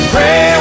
Pray